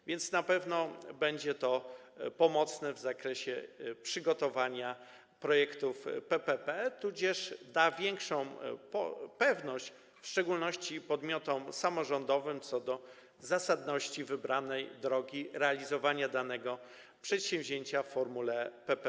A więc na pewno będzie to pomocne w zakresie przygotowania projektów PPP tudzież da większą pewność, w szczególności podmiotom samorządowym, co do zasadności wybranej drogi realizowania danego przedsięwzięcia w formule PPP.